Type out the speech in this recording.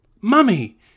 Mummy